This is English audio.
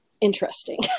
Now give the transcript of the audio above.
interesting